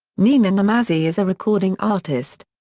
nina namazzi is a recording artist.